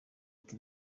ati